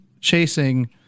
chasing